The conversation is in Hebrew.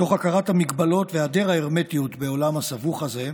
תוך הכרת המגבלות והיעדר ההרמטיות בעולם הסבוך הזה,